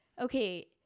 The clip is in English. okay